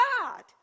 God